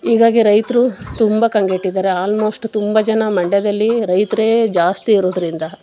ಹೀಗಾಗಿ ರೈತರು ತುಂಬ ಕಂಗೆಟ್ಟಿದಾರೆ ಆಲ್ಮೋಸ್ಟ್ ತುಂಬ ಜನ ಮಂಡ್ಯದಲ್ಲಿ ರೈತರೇ ಜಾಸ್ತಿ ಇರೋದರಿಂದ